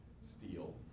steel